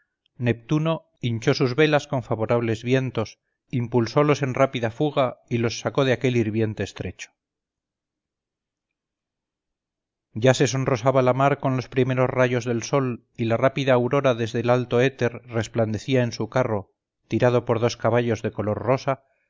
neptuno hinchó sus velas con favorables vientos impulsolos en rápida fuga y los sacó de aquel hirviente estrecho ya se sonrosaba la mar con los primeros rayos del sol y la rápida aurora desde el alto éter resplandecía en su carro tirado por dos caballos de color rosa